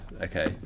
okay